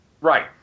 Right